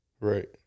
Right